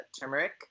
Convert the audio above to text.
turmeric